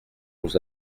nous